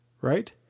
right